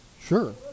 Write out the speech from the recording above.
Sure